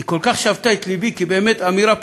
היא כל כך שבתה את לבי, כי היא באמת אמירה פשוטה,